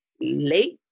late